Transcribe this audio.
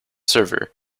server